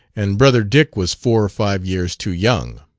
and brother dick was four or five years too young.